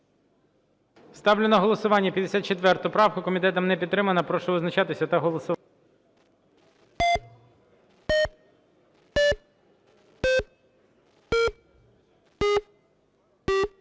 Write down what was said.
Ставлю на голосування 51 правку Шуфрича. Комітетом не підтримана. Прошу визначатись та голосувати.